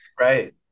right